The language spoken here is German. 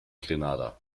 grenada